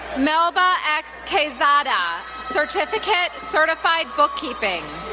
melba x. quezada, certificate, certified bookkeeping.